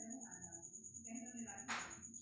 बागबानी उपकरण केरो प्रयोग सें बहुत सारा काम होय छै